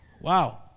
Wow